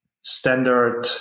standard